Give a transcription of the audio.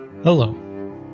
Hello